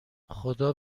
خدا